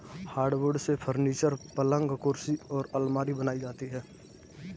hardwood से furniture, पलंग कुर्सी और आलमारी बनाई जाती है